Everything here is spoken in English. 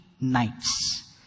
nights